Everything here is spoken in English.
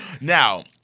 Now